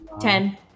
Ten